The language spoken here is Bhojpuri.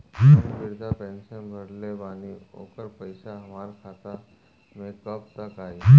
हम विर्धा पैंसैन भरले बानी ओकर पईसा हमार खाता मे कब तक आई?